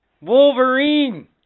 Wolverine